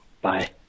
Bye